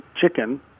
chicken